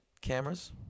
cameras